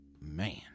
man